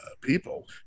people